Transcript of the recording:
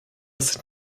sind